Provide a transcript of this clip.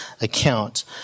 account